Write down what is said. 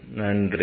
Thank you